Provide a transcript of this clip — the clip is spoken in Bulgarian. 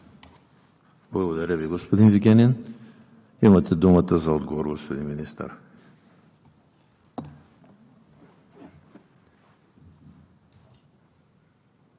Благодаря Ви, господин Вигенин. Имате думата за отговор, господин Министър.